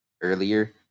earlier